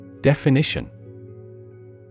Definition